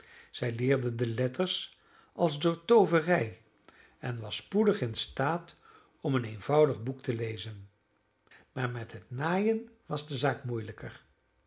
zij leerde de letters als door tooverij en was spoedig in staat om een eenvoudig boek te lezen maar met het naaien was de zaak moeielijker